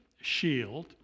shield